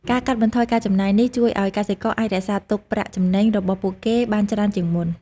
ការកាត់បន្ថយការចំណាយនេះជួយឱ្យកសិករអាចរក្សាទុកប្រាក់ចំណេញរបស់ពួកគេបានច្រើនជាងមុន។